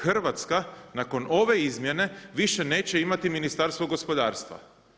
Hrvatska nakon ove izmjene više neće imati Ministarstvo gospodarstva.